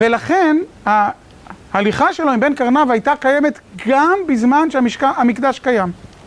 ולכן ההליכה שלו עם בן קרנב הייתה קיימת גם בזמן שהמקדש קיים.